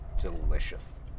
delicious